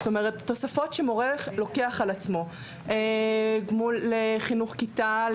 כלומר תוספות שמורה לוקח על עצמו לחינוך כיתה,